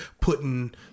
putting